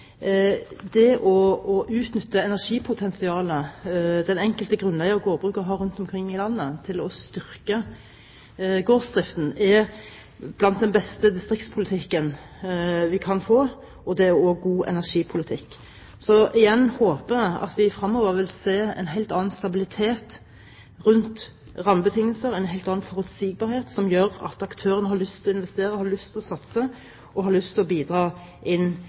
småkraftsatsingen. Det å utnytte energipotensialet den enkelte grunneier og gårdbruker har rundt omkring i landet til å styrke gårdsdriften, er blant den beste distriktspolitikken vi kan få, og det er også god energipolitikk. Igjen håper jeg at vi fremover vil se en helt annen stabilitet rundt rammebetingelser, en helt annen forutsigbarhet, som gjør at aktørene har lyst til å investere, har lyst til å satse og har lyst til å bidra inn